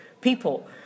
people